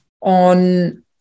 on